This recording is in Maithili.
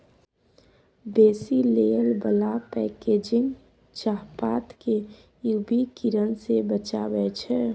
बेसी लेयर बला पैकेजिंग चाहपात केँ यु वी किरण सँ बचाबै छै